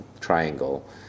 triangle